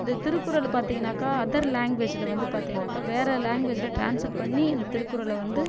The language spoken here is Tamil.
இந்த திருக்குறள் பாத்தீங்கனாக்கா அதர் லேங்குவேஜில் வந்து பார்த்தீங்கனாக்கா வேறு லேங்குவேஜில் ட்ரான்ஸ்லேட் பண்ணி அந்த திருக்குறளை வந்து